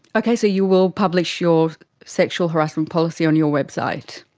okay, so you will publish your sexual harassment policy on your website?